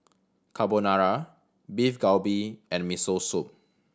Carbonara Beef Galbi and Miso Soup